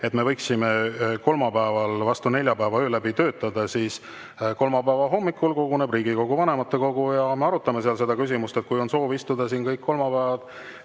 et me võiksime kolmapäeval vastu neljapäeva öö läbi töötada, siis kolmapäeva hommikul koguneb Riigikogu vanematekogu ja me arutame seda küsimust. Kui on soov istuda iga kolmapäevase